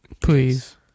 Please